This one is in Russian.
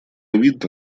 видно